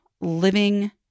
living